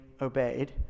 obeyed